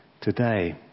today